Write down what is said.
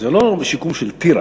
זה לא שיקום של טירה.